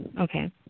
Okay